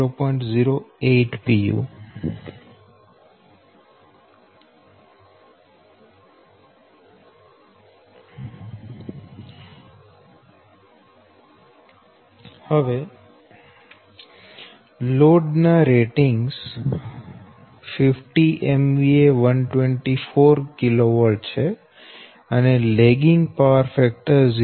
08 pu હવે load ના ratings 50 MVA 124 kV છે અને લેગીંગ પાવર ફેક્ટર 0